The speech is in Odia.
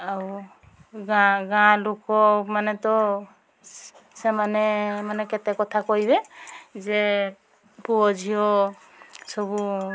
ଆଉ ଗାଁ ଗାଁ ଲୋକମାନେ ତ ସି ସେମାନେ ମାନେ କେତେ କଥା କହିବେ ଯେ ପୁଅ ଝିଅ ସବୁ